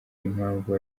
impamvu